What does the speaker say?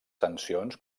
sancions